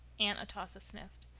aunt atossa sniffed.